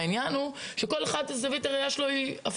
העניין הוא שזווית הראייה של כל אחד היא הפוכה.